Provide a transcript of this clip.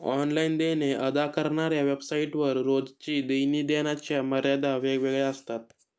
online देणे अदा करणाऱ्या वेबसाइट वर रोजची देणी देण्याच्या मर्यादा वेगवेगळ्या असतात